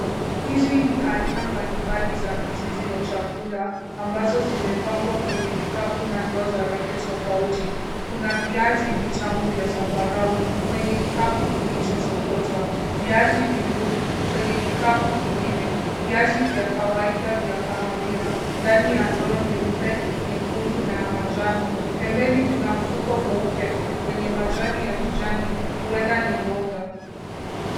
Hizi ni aina mbalimbali za mizizi ya chakula ambazo zimepangwa kwenye vikapu na ndoo za rangi tofauti. Kuna viazi vitamu vya zambarau kwenye kikapu kilichosokotwa, viazi vikuu kwenye kikapu kingine, viazi vya kawaida vya kahawia ndani ya ndoo nyeupe, nyekundu na ya manjano. Pembeni kuna mfuko mweupe wenye majani ya kijani, huenda ni mboga.